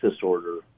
disorder